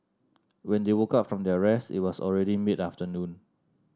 when they woke up from their rest it was already mid afternoon